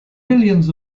millions